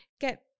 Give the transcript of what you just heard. get